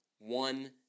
One